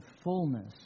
fullness